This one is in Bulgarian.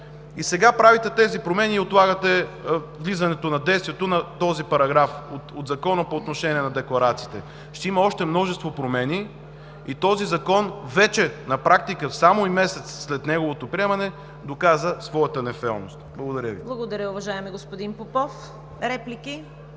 И сега правите тези промени, и отлагате влизането на действието на този параграф от Закона по отношение на декларациите. Ще има още множество промени и този закон на практика, само месец след неговото приемане, доказа своята нефелност. Благодаря Ви.